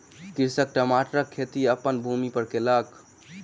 कृषक टमाटरक खेती अपन भूमि पर कयलक